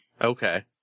Okay